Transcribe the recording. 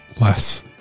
Less